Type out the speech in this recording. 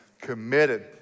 committed